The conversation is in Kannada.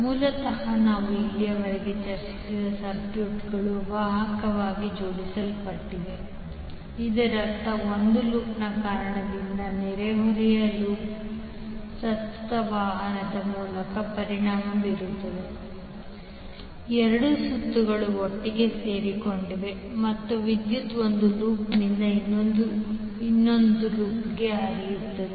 ಮೂಲತಃ ನಾವು ಇಲ್ಲಿಯವರೆಗೆ ಚರ್ಚಿಸಿದ ಸರ್ಕ್ಯೂಟ್ಗಳು ವಾಹಕವಾಗಿ ಜೋಡಿಸಲ್ಪಟ್ಟಿವೆ ಇದರರ್ಥ ಒಂದು ಲೂಪ್ನ ಕಾರಣದಿಂದಾಗಿ ನೆರೆಹೊರೆಯ ಲೂಪ್ ಪ್ರಸ್ತುತ ವಹನದ ಮೂಲಕ ಪರಿಣಾಮ ಬೀರುತ್ತಿದೆ ಇದರರ್ಥ ಎರಡೂ ಸುತ್ತುಗಳು ಒಟ್ಟಿಗೆ ಸೇರಿಕೊಂಡಿವೆ ಮತ್ತು ವಿದ್ಯುತ್ ಒಂದು ಲೂಪ್ನಿಂದ ಇನ್ನೊಂದಕ್ಕೆ ಹರಿಯುತ್ತಿದೆ